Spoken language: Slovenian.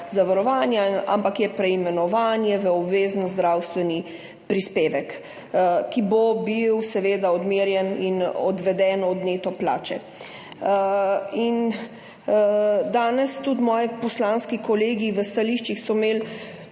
zavarovanja, ampak je preimenovanje v obvezni zdravstveni prispevek, ki bo seveda odmerjen in odveden od neto plače. Danes so imeli tudi moji poslanski kolegi v stališčih sorazmerno